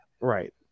right